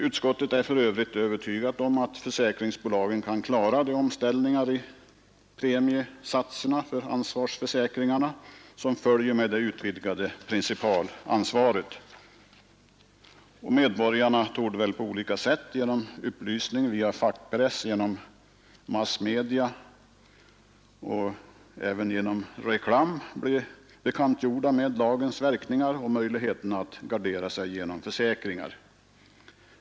Utskottet är för övrigt övertygat om att försäkringsbolagen kan klara de omställningar med premiesatserna för ansvarsförsäkringarna som kan följa med det utvidgade principalansvaret. Medborgarna torde dessutom på olika sätt genom upplysning via fackpress, massmedia och reklam få vetskap om lagens verkningar och möjligheten att gardera sig genom försäkringar.